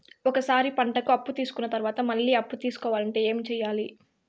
ఒక సారి పంటకి అప్పు తీసుకున్న తర్వాత మళ్ళీ అప్పు తీసుకోవాలంటే ఏమి చేయాలి?